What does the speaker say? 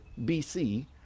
BC